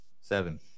Seven